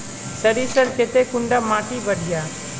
सरीसर केते कुंडा माटी बढ़िया?